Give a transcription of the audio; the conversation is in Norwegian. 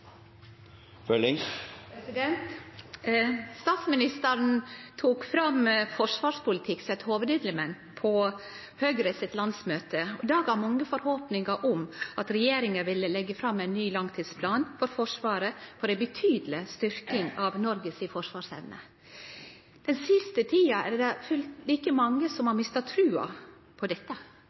Statsministeren tok fram forsvarspolitikk som eit hovudelement på Høgre sitt landsmøte. Det gav mange forhåpningar om at regjeringa ville leggje fram ein ny langtidsplan for Forsvaret med ei betydeleg styrking av Noreg si forsvarsevne. Den siste tida er det like mange som har mista trua på dette.